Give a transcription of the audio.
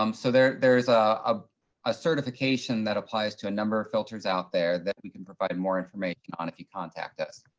um so there's ah ah a certification that applies to a number of filters out there that we can provide more information on if you contact us.